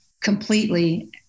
completely